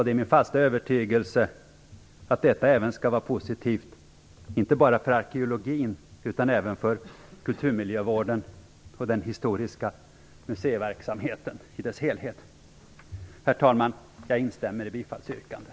Det är min fasta övertygelse att detta även skall vara positivt inte bara för arkeologin utan även för kulturmiljövården och den historiska museiverksamheten i dess helhet. Herr talman! Jag instämmer i bifallsyrkandet.